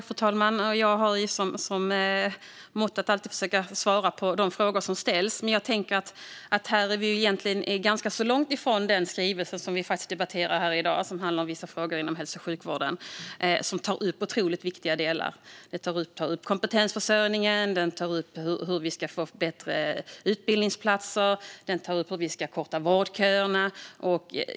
Fru talman! Jag har som motto att alltid försöka svara på de frågor som ställs. Men här är vi ganska långt ifrån den skrivelse, Vissa frågor inom hälso och sjukvårdsområdet , som vi ska debattera här i dag. Den tar upp otroligt viktiga delar: kompetensförsörjningen, hur vi ska få bättre utbildningsplatser och hur vi ska korta vårdköerna.